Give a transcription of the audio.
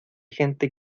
gente